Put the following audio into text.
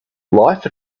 life